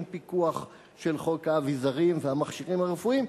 פיקוח של חוק האביזרים והמכשירים הרפואיים.